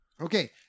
okay